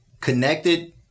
Connected